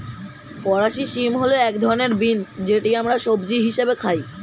ফরাসি শিম হল এক ধরনের বিন্স যেটি আমরা সবজি হিসেবে খাই